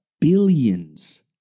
billions